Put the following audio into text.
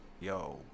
yo